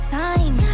time